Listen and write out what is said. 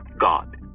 god